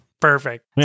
Perfect